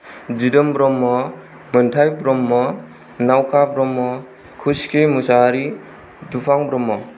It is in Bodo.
दिदोम ब्रह्म मोन्थाय ब्रह्म नावखा ब्रह्म कुस्कि मुसाहारी दुफां ब्रह्म